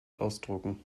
ausdrucken